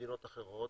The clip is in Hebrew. למדינות אחרות.